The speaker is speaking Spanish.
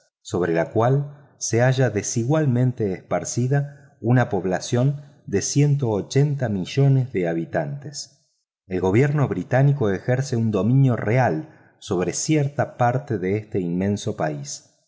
sobre la cual se halla desigualmente esparcida una población de ciento ochenta millones de habitantes el gobierno británico ejerce un dominio real sobre cierta parte de este inmenso país